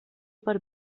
per